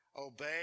obey